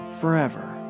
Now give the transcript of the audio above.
forever